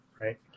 right